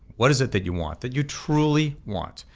what is it that you want that you truly want,